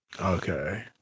okay